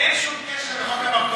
אין שום קשר לחוק המרכולים.